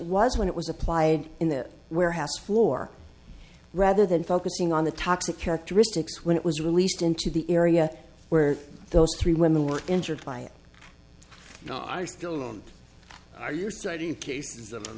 was when it was applied in the warehouse floor rather than focusing on the toxic characteristics when it was released into the area where those three women were